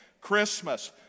christmas